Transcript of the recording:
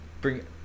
bring –